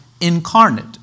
incarnate